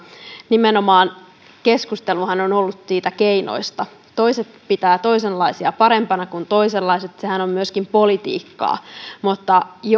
nimenomaan keskusteluhan on ollut niistä keinoista toiset pitävät toisenlaisia parempina kuin toisenlaisia sehän on politiikkaa mutta